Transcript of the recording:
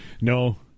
No